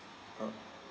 ah